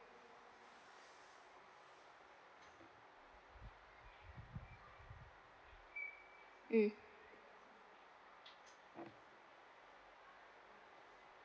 mm